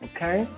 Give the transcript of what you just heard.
Okay